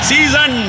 Season